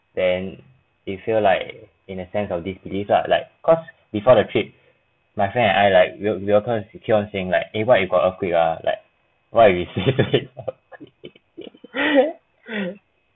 then you feel like in a sense of disbelief lah like cause before the trip my friend and I like will you all kind of keep on saying like eh what if got earthquake lah like why do you have